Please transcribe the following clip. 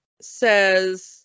says